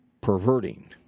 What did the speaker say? perverting